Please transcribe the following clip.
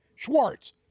Schwartz